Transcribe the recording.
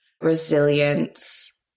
resilience